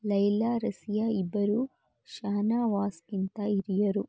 ಲೈಲಾ ರಸಿಯಾ ಇಬ್ಬರೂ ಶಾನವಾಸ್ಗಿಂತ ಹಿರಿಯರು